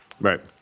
Right